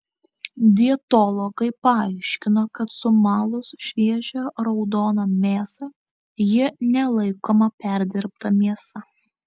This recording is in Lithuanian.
dietologai paaiškino kad sumalus šviežią raudoną mėsą ji nelaikoma perdirbta mėsa